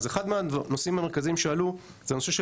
אז אחד מהנושאים המרכזיים שעלו זה הנושא של